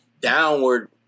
downward